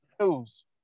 news